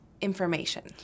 information